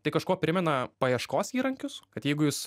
tai kažkuo primena paieškos įrankius kad jeigu jūs